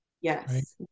Yes